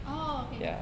orh okay